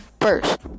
First